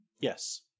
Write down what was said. Yes